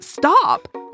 Stop